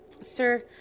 sir